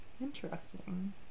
Interesting